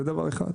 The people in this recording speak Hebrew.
זה דבר אחד.